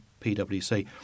PwC